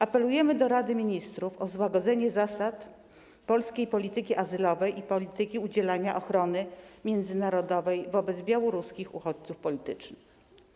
Apelujemy do Rady Ministrów o złagodzenie zasad polskiej polityki azylowej i polityki udzielania ochrony międzynarodowej wobec białoruskich uchodźców politycznych.